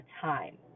time